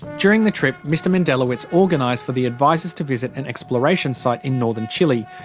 during the trip, mr mendelawitz organised for the advisers to visit an exploration site in northern chile,